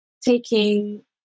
taking